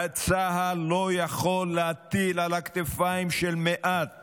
והממשלה הזאת לא יכולה להטיל על הכתפיים של מעט